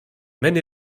maine